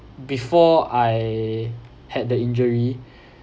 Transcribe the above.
before I had the injury